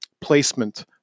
placement